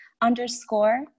underscore